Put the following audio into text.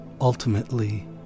Ultimately